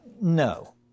No